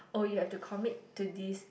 orh you have to commit to this